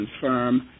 firm